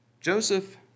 Joseph